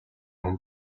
хүн